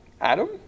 Adam